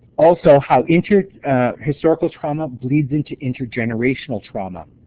also how inter historical trauma bleeds into intergenerational trauma.